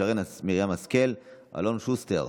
שרן מרים השכל ואלון שוסטר,